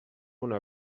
una